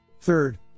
Third